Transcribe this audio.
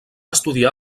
estudiar